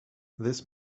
this